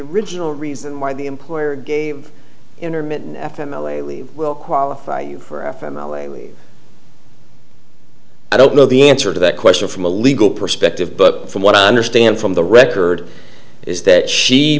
original reason why the employer gave intermittent f m l a leave will qualify you for a family i don't know the answer to that question from a legal perspective but from what i understand from the record is that she